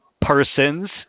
persons